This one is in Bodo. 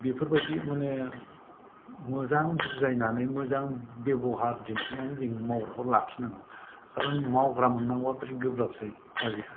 बेफोरबायदि माने मोजां बुजायनानै मोजां बेब'हार दिन्थिनानै जोङो मावग्राखौ लाखिनांगौ खारन मावग्रा मोननांगौआ बिराद गोब्राबसै आजिखालि